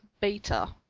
beta